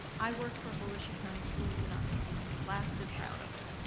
i work for volusia county schools and i'm blasted proud of it.